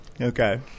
Okay